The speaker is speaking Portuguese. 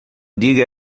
diga